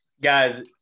Guys